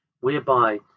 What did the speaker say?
whereby